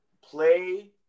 play